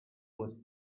was